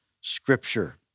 scripture